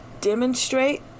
demonstrate